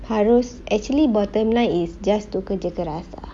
harus actually bottom line is just to kerja keras lah